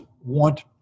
want